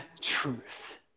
truth